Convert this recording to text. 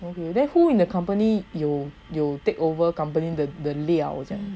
then who in the company 有有 take over company 的的料这样